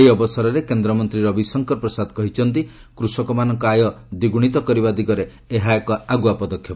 ଏହି ଅବସରରେ କେନ୍ଦ୍ର ମନ୍ତ୍ରୀ ରବିଶଙ୍କର ପ୍ରସାଦ କହିଛନ୍ତି କୃଷକମାନଙ୍କ ଆୟ ଦ୍ୱିଗୁଣିତ କରିବା ଦିଗରେ ଏହା ଏକ ଆଗୁଆ ପଦକ୍ଷେପ